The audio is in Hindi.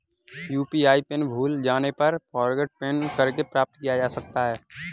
यू.पी.आई पिन भूल जाने पर फ़ॉरगोट पिन करके प्राप्त किया जा सकता है